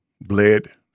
bled